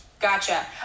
Gotcha